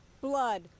blood